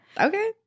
Okay